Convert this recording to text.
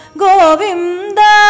govinda